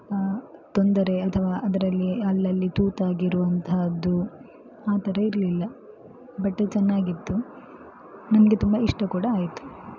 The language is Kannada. ತೊಂದರೆ ಅಥವಾ ಅದರಲ್ಲಿ ಅಲ್ಲಲ್ಲಿ ತೂತಾಗಿರುವಂತಹದ್ದು ಆ ಥರ ಇರಲಿಲ್ಲ ಬಟ್ಟೆ ಚೆನ್ನಾಗಿತ್ತು ನನಗೆ ತುಂಬ ಇಷ್ಟ ಕೂಡ ಆಯಿತು